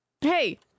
hey